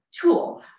tool